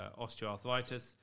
osteoarthritis